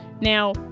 now